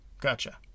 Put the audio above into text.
gotcha